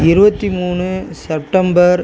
இருபத்தி மூணு செப்டம்பர்